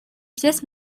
pièces